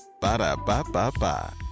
Ba-da-ba-ba-ba